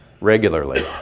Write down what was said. regularly